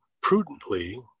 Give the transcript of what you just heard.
prudently